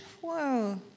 Whoa